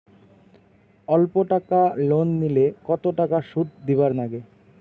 অল্প টাকা লোন নিলে কতো টাকা শুধ দিবার লাগে?